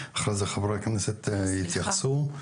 חברי הכנסת יתייחסו.